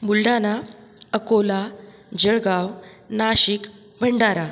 Buldhana Akola Jalgaon Nashik Bhandara